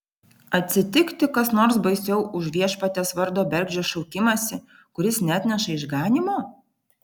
atsitikti kas nors baisiau už viešpaties vardo bergždžią šaukimąsi kuris neatneša išganymo